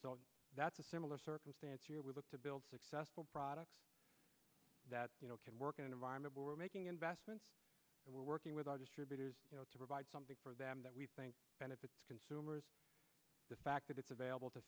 that's a similar circumstance year we look to build successful products that can work in an environment where we're making investments and we're working with our distributors to provide something for them that we think benefits consumers the fact that it's available to